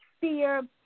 fear